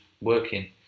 working